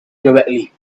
correctly